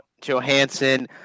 Johansson